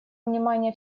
внимание